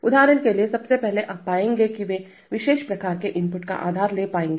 उदाहरण के लिए सबसे पहले आप पाएंगे कि वे उस विशेष प्रकार के इनपुट का अधिकार ले पाएंगे